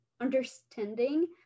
understanding